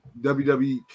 WWE